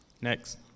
Next